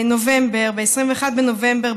ב-21 בנובמבר,